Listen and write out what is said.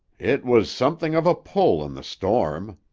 it was something of a pull in the storm.